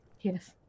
Yes